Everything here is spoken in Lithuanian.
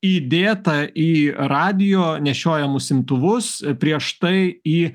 įdėta į radijo nešiojamus imtuvus prieš tai į